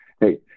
Hey